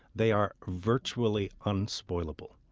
they are virtually unspoilable.